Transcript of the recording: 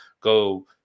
go